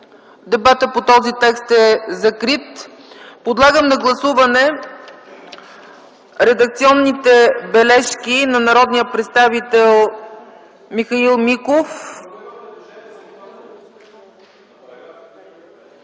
Дебатът по този текст е закрит. Подлагам на гласуване редакционните бележки на народния представител Михаил Миков.